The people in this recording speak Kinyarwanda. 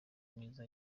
myiza